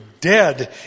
dead